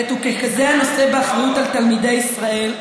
כמי שעומד בראש המערכת וככזה הנושא באחריות על תלמידי ישראל,